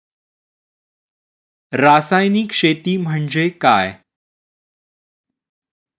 रासायनिक शेती म्हणजे काय?